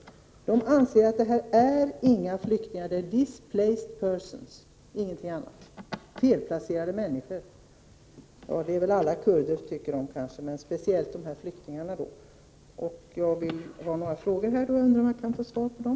Turkiet anser att dessa människor inte är några flyktingar. De är ”displaced persons”, ingenting annat — felplacerade människor. Turkiet tycker kanske att alla kurder är detta, och speciellt dessa flyktingar. Jag undrar om jag kan få något svar på de frågor som jag här ställt.